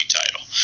title